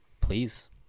Please